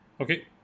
Okay